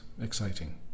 exciting